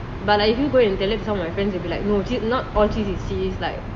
but like if you go and tell some of my friends they will be like no not all cheese is cheese like